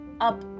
up